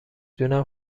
دونم